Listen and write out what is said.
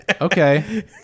Okay